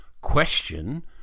question